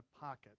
pocket